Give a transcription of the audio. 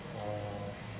oh